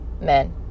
Men